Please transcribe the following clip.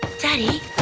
Daddy